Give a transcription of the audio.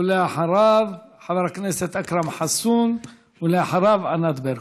ואחריו, חבר הכנסת אכרם חסון, ואחריו, ענת ברקו.